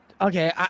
Okay